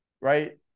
right